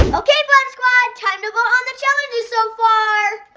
okay, fun squad, time to vote on the challenges so far!